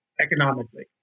economically